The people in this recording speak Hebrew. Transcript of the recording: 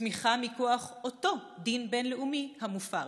תמיכה מכוח אותו דין בין-לאומי המופר.